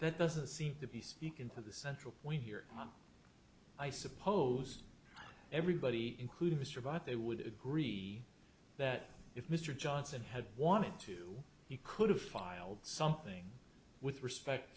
that doesn't seem to be speaking for the central point here i suppose everybody including to survive they would agree that if mr johnson had wanted to he could have filed something with respect